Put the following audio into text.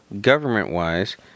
government-wise